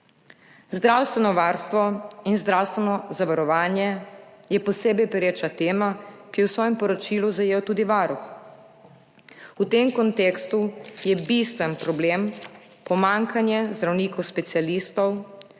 Zdravstveno varstvo in zdravstveno zavarovanje je posebej pereča tema, ki jo je v svojem poročilu zajel tudi Varuh. V tem kontekstu je bistven problem pomanjkanje zdravnikov specialistov,